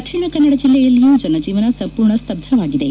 ದಕ್ಷಿಣ ಕನ್ನಡ ಜಿಲ್ಲೆಯಲ್ಲಿಯೂ ಜನಜೀವನ ಸಂಪೂರ್ಣ ಸ್ತಬ್ದವಾಗಿದೆ